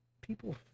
people